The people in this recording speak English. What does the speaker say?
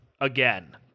again